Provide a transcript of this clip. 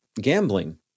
gambling